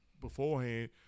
beforehand